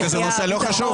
זה נושא לא חשוב?